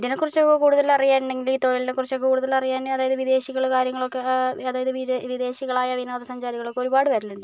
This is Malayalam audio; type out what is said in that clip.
ഇതിനെ കുറിച്ച് കൂടുതലറിയാൻ ഉണ്ടെങ്കിൽ തൊഴിലിനെ കുറിച്ച് കൂടുതൽ അറിയാൻ അതായത് വിദേശികൾ കാര്യങ്ങളൊക്കെ അതായത് വി വിദേശികളായ വിനോദസഞ്ചാരികൾ ഒക്കെ ഒരുപാട് വരുന്നുണ്ട്